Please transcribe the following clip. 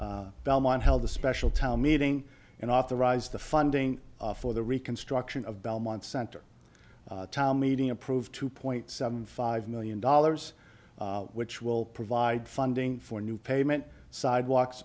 belmont held a special town meeting and authorized the funding for the reconstruction of belmont center town meeting approved two point seven five million dollars which will provide funding for new payment sidewalks